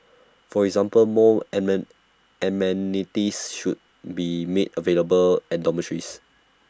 for example more amen amenities should be made available at dormitories